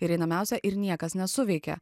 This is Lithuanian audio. ir einamiausia ir niekas nesuveikė